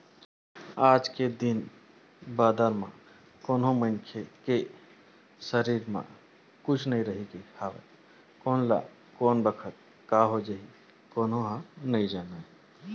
आज के दिन बादर म कोनो मनखे के सरीर म कुछु नइ रहिगे हवय कोन ल कोन बखत काय हो जाही कोनो ह नइ जानय